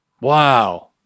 Wow